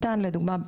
לצמצום.